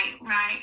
right